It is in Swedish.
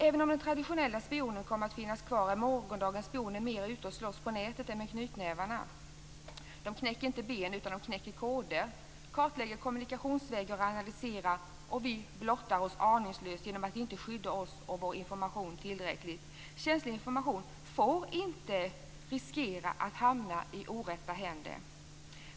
Även om den traditionelle spionen kommer att finnas kvar, är morgondagens spioner mer ute och slåss på nätet än med knytnävarna. De knäcker inte ben, de knäcker koder. De kartlägger kommunikationsvägar och analyserar. Och vi blottar oss aningslöst genom att inte skydda oss och vår information tillräckligt. Känslig information får inte riskera att hamna i orätta händer.